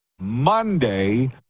Monday